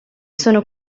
sono